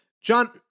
John